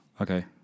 Okay